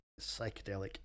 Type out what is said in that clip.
Psychedelic